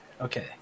Okay